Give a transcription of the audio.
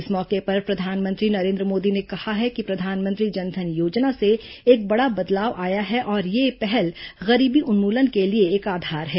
इस मौके पर प्रधानमंत्री नरेन्द्र मोदी ने कहा है कि प्रधानमंत्री जन धन योजना से एक बडा बदलाव आया है और यह पहल गरीबी उन्मूलन के लिए एक आधार है